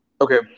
Okay